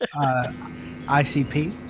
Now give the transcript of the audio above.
ICP